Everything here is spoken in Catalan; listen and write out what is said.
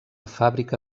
fàbrica